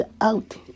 out